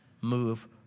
move